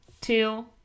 two